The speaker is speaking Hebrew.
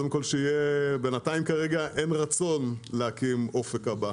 בינתיים אין רצון להקים את האופק הבא.